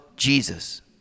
Jesus